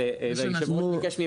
שנתיים.